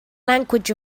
language